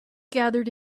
gathered